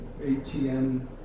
ATM